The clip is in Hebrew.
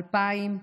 אלפיים,